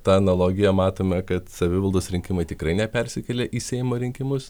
ta analogija matome kad savivaldos rinkimai tikrai ne persikelia į seimo rinkimus